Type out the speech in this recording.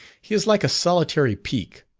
he is like a solitary peak,